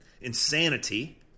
insanity